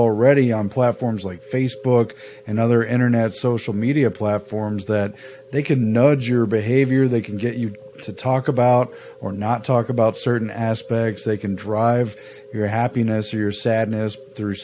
already on platforms like facebook and other internet social media platforms that they can nudge your behavior they can get you to talk about or not talk about certain aspects they can drive your happiness or your sadness through